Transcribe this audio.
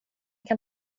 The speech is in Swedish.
kan